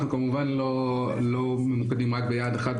אנחנו כמובן לא ממוקדים רק ביעד אחד,